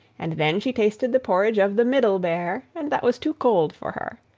and then she tasted the porridge of the middle bear, and that was too cold for her.